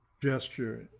gesture,